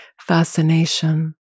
fascination